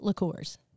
liqueurs